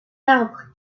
arbre